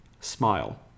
smile